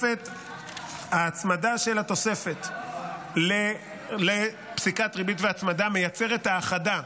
ההצמדה של התוספת לפסיקת ריבית והצמדה מייצרת האחדה.